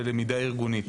ועובדות.